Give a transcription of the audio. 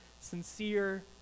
sincere